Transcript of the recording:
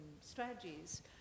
strategies